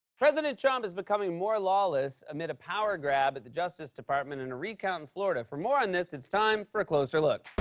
president trump is becoming more lawless amid a power grab at the justice department and in a recount in florida. for more on this, it's time for a closer look.